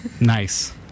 Nice